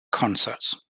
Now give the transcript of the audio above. concerts